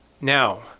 Now